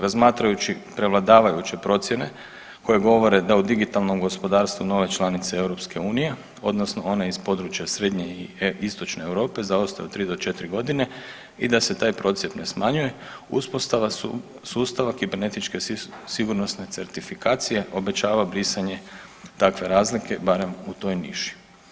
Razmatrajući prevladavajuće procjene koje govore da u digitalnom gospodarstvu nove članice EU, odnosno one iz područja srednje i istočne Europe zaostaju tri do četiri godine i da se taj prosjek ne smanjuje uspostava su sustava kibernetičke sigurnosne certifikacije obećava brisanje takve razlike barem u toj niši.